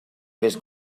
fes